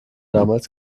damals